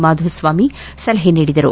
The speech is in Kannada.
ಮಾಧುಸ್ವಾಮಿ ಸಲಹೆ ಮಾಡಿದರು